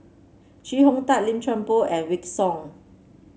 Chee Hong Tat Lim Chuan Poh and Wykidd Song